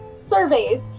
Surveys